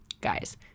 guys